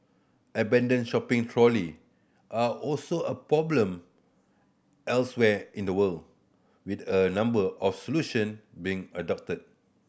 abandoned shopping trolley are also a problem elsewhere in the world with a number of solution being adopted